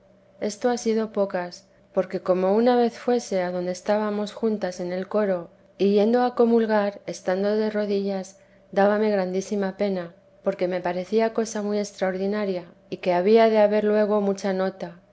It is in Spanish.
esto ha sido pocas porque como una vez fuese adonde estábamos teresa de jesús junías en el coro y yendo a comulgar estando de rodillas dábame grandísima pena porque me parecía cosa muy extraordinaria y que había de haber luego mucha nota